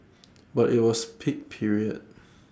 but IT was peak period